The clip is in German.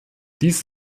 dies